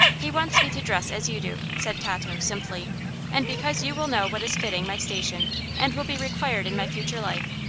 he wants me to dress as you do, said tato, simply and because you will know what is fitting my station and will be required in my future life,